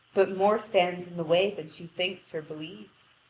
but more stands in the way than she thinks or believes.